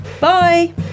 Bye